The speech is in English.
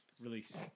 release